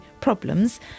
problems